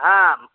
ಹಾಂ